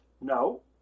No